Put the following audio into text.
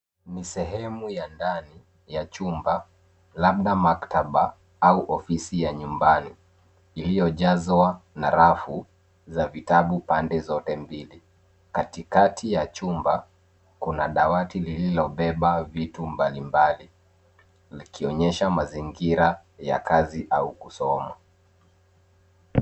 Ni sehemu ya ndani ya chumba labda maktaba au ofisi ya nyumbani iliyojazwa na rafu za vitabu pande zote mbili. Katikati ya chumba kuna dawati lililobeba vitu mbalimbali likionyesha mazingira ya kazi au kusoma.